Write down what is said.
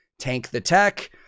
tankthetech